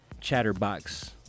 Chatterbox